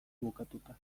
bukatuta